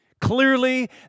Clearly